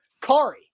Kari